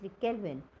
Kelvin